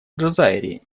джазайри